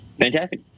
Fantastic